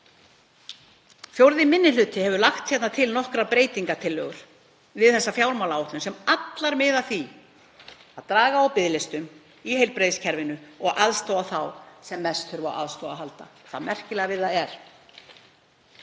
Fjórði minni hluti hefur lagt til nokkrar breytingartillögur við þessa fjármálaáætlun sem allar miða að því að draga úr biðlistum í heilbrigðiskerfinu og aðstoða þá sem mest þurfa á aðstoð að halda. Það merkilega við það er